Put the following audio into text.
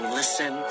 listen